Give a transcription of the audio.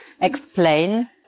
explain